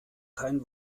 kein